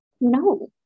No